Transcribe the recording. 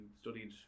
studied